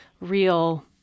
real